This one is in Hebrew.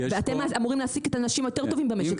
ואתם אמורים להעסיק את האנשים היותר טובים במשק,